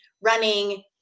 running